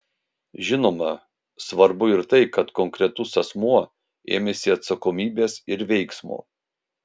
žinoma svarbu ir tai kad konkretus asmuo ėmėsi atsakomybės ir veiksmo